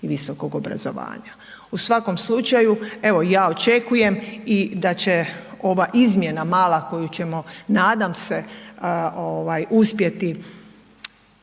i visokog obrazovanja. U svakom slučaju, evo ja očekujem i da će ova izmjena mala koju ćemo nadam se ovaj uspjeti